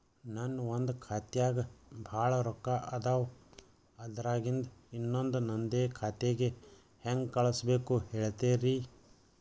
ನನ್ ಒಂದ್ ಖಾತ್ಯಾಗ್ ಭಾಳ್ ರೊಕ್ಕ ಅದಾವ, ಅದ್ರಾಗಿಂದ ಇನ್ನೊಂದ್ ನಂದೇ ಖಾತೆಗೆ ಹೆಂಗ್ ಕಳ್ಸ್ ಬೇಕು ಹೇಳ್ತೇರಿ?